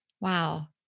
Wow